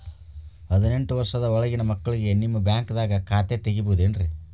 ಹದಿನೆಂಟು ವರ್ಷದ ಒಳಗಿನ ಮಕ್ಳಿಗೆ ನಿಮ್ಮ ಬ್ಯಾಂಕ್ದಾಗ ಖಾತೆ ತೆಗಿಬಹುದೆನ್ರಿ?